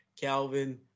Calvin